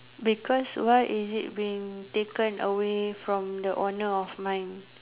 because why is it being taken away from the owner of mine